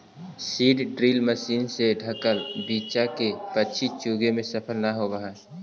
seed drill machine से ढँकल बीचा के पक्षी चुगे में सफल न होवऽ हई